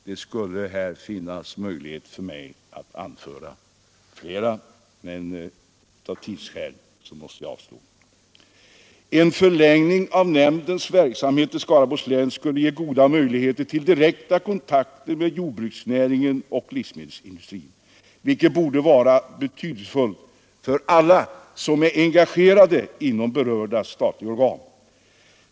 Jag skulle kunna anföra fler, men av tidsskäl måste jag avstå. En förläggning av nämndens verksamhet till Skaraborgs län skulle ge goda möjligheter till direkta kontakter med jordbruksnäringen och livsmedelsindustrin, vilket borde vara betydelsefullt för alla som är engagerade inom berörda statliga organ.